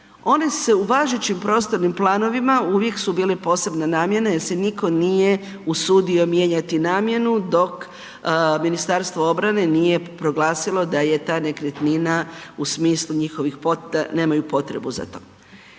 one se u važećim prostornim planovima uvijek su bili posebne namjene jer se nitko nije usudio mijenjati namjenu dok Ministarstvo obrane nije proglasilo da je ta nekretnina da nemaju potrebu za to.